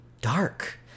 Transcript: Dark